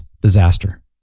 disaster